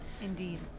Indeed